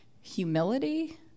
Humility